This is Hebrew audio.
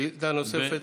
שאלה נוספת,